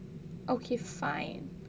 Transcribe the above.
okay fine